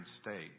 state